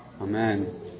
Amen